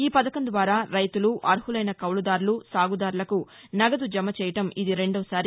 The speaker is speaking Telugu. ఈ పథకం ద్వారా రైతులు అర్వులైన కౌలుదార్లు సాగుదార్లకు నగదు జమ చేయడం ఇది రెండోసారి